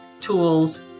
tools